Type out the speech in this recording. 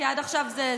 כי עד עכשיו זה,